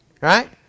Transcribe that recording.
right